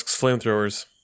flamethrowers